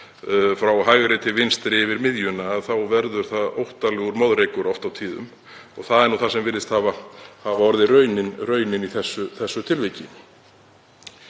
frá hægri til vinstri yfir miðjuna. Þá verður það óttalegur moðreykur oft og tíðum. Það virðist hafa orðið raunin í þessu tilviki.